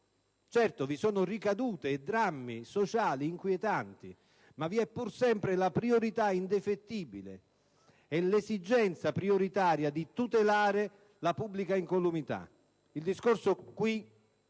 Certo, vi sono ricadute e drammi sociali inquietanti, ma vi è pur sempre la prioritaria ed indefettibile esigenza di tutelare la pubblica incolumità. Il discorso poi